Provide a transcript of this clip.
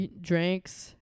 drinks